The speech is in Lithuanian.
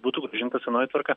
būtų grąžinta senoji tvarka